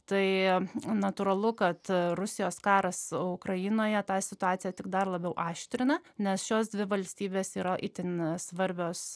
tai natūralu kad rusijos karas ukrainoje tą situaciją tik dar labiau aštrina nes šios dvi valstybės yra itin svarbios